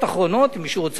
אם מישהו רוצה אני אתן לו: